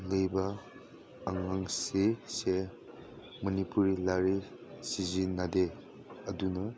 ꯂꯩꯕ ꯑꯉꯥꯡꯁꯤꯡꯁꯦ ꯃꯅꯤꯄꯨꯔꯤ ꯂꯥꯏꯔꯤꯛ ꯁꯤꯖꯤꯟꯅꯗꯦ ꯑꯗꯨꯅ